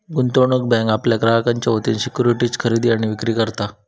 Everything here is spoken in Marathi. गुंतवणूक बँक आपल्या ग्राहकांच्या वतीन सिक्युरिटीज खरेदी आणि विक्री करता